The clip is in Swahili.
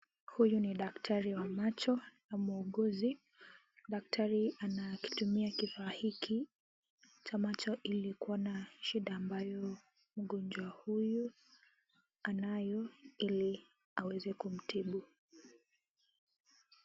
Huyu ni daktari wa macho au muuguzi. Daktari anakitumia kifaa hiki cha macho ili kuona shida ambayo mgonjwa huyu anayo ili aweze kumtibu.